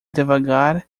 devagar